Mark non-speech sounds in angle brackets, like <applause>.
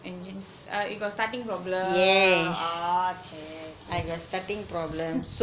engine you got starting problem oh !chey! okay <laughs>